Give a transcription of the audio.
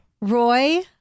Roy